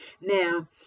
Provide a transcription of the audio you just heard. Now